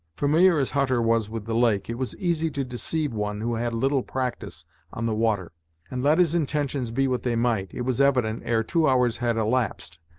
familiar as hutter was with the lake, it was easy to deceive one who had little practice on the water and let his intentions be what they might, it was evident, ere two hours had elapsed,